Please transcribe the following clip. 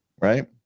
right